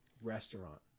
restaurant